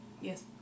Yes